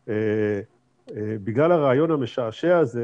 בגלל הרעיון המשעשע הזה,